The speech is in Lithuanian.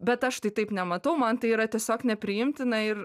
bet aš tai taip nematau man tai yra tiesiog nepriimtina ir